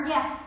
Yes